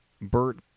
Bert